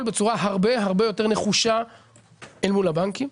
בצורה הרבה הרבה יותר נחושה אל מול הבנקים.